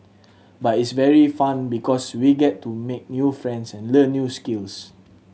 but it's very fun because we get to make new friends and learn new skills